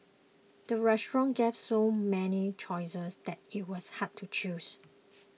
the restaurant gave so many choices that it was hard to choose